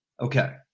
Okay